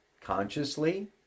consciously